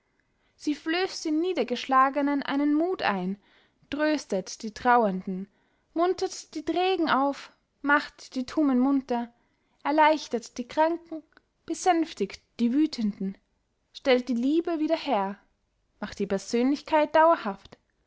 sie flößt den niedergeschlagenen einen muth ein tröstet die traurenden muntert die trägen auf macht die tummen munter erleichtert die kranken besänftigt die wütenden stellt die liebe wieder her macht die persönlichkeit dauerhaft